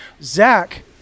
Zach